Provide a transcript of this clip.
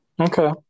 Okay